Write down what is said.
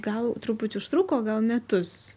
gal truputį užtruko gal metus